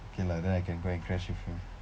okay lah then I can go and crash with him